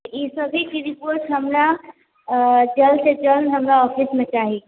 ई सभी के रिपोर्ट हमरा जल्द सँ जल्द हमरा ऑफिस मे चाही